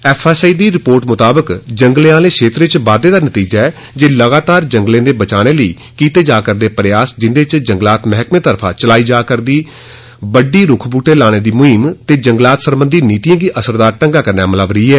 FSI दी report मुताबक जंगले आह्ले क्षेत्र च बाद्दे या नतीजा ऐ जे लगातार जंगलें दे बचाने लेई कीते जा करदे प्रयास जिन्दे च जंगलात मैह्कमें तरफा चलाई जा करदी बड्डी रूख बूहटे लाने दी मुहीम ते जंगलात सरबंधी नीतियें गी असरदार ढंगै कन्नै अमलावरी ऐ